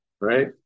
right